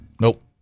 nope